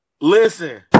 Listen